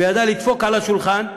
וידע לדפוק על השולחן,